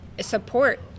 support